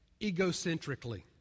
egocentrically